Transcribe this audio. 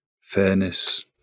fairness